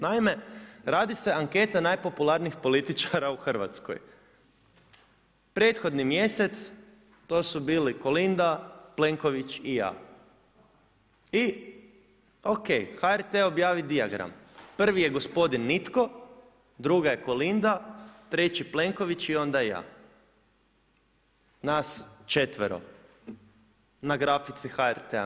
Naime, radi se anketa najpopularnijih političara u Hrvatskoj. prethodni mjeseca to su bili KOlinda, Plenković i ja i o.k. i HRT objavi dijagram, prvi je gospodin nitko, druga je Kolinda, treći Plenković i onda ja, nas četvero na grafici HRT-a.